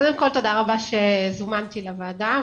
קודם כל, תודה רבה שזומנתי לוועדה.